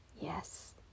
yes